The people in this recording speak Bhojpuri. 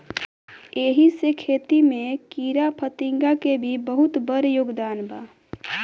एही से खेती में कीड़ाफतिंगा के भी बहुत बड़ योगदान बा